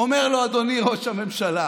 אומר לו: אדוני ראש הממשלה,